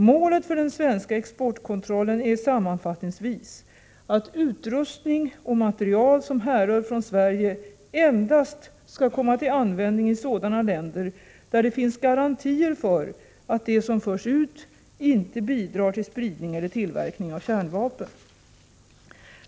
Målet för den svenska exportkontrollen är sammanfattningsvis att utrustning och material som härrör från Sverige endast skall komma till användning i sådana länder där det finns garantier för att det som förs ut inte bidrar till spridning eller tillverkning av kärnvapen.